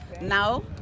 now